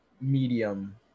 medium